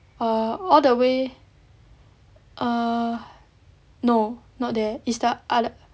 err all the way err no not there is the other